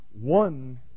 one